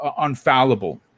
unfallible